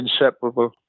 inseparable